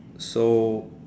so